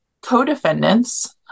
co-defendants